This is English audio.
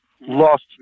lost